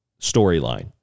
storyline